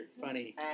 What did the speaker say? funny